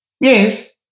yes